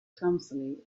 clumsily